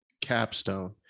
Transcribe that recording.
Capstone